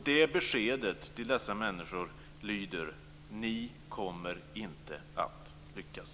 Det beskedet lyder: Ni kommer inte att lyckas!